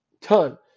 ton